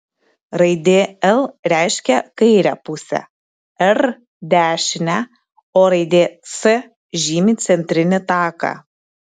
raidė l reiškia kairę pusę r dešinę o raidė c žymi centrinį taką